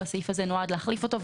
והסעיף הזה נועד להחליף אותו,